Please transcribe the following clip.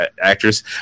actress